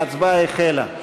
ההצבעה החלה.